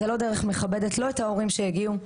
זה לא דרך מכבדת לא את ההורים שהגיעו.